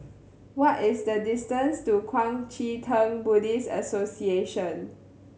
what is the distance to Kuang Chee Tng Buddhist Association